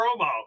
promo